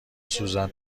سوزن